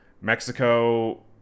mexico